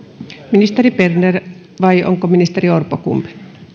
ministeri berner vai ministeri orpo kumpi